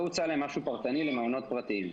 לא הוצע להם משהו פרטני למעונות פרטניים.